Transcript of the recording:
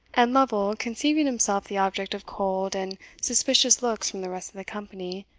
and lovel, conceiving himself the object of cold and suspicious looks from the rest of the company,